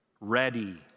ready